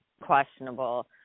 questionable